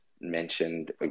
mentioned